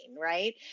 right